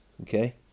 Okay